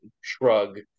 Shrug